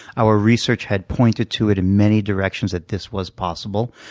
our research had pointed to it in many directions that this was possible.